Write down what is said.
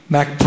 Mac